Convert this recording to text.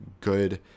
good